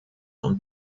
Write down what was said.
und